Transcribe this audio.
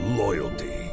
loyalty